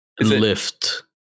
Lift